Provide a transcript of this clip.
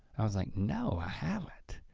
i was like no, i haven't.